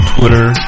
Twitter